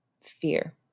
fear